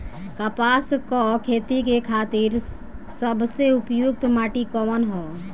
कपास क खेती के खातिर सबसे उपयुक्त माटी कवन ह?